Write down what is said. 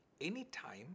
Anytime